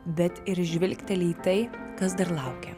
bet ir žvilgteli į tai kas dar laukia